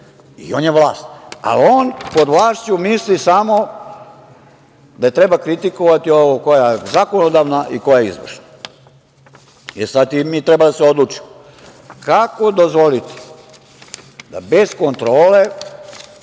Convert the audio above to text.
i on je vlast. Ali, on pod vlašću misli samo da treba kritikovati ovu koja je zakonodavna i koja je izvršna. Sada mi treba da se odlučimo, kako dozvoliti da bez kontrole